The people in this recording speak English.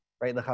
Right